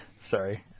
Sorry